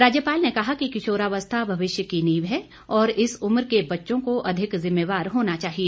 राज्यपाल ने कहा कि किशोरावस्था भविष्य की नींव है और इस उम्र के बच्चों को अधिक जिम्मेवार होना चाहिए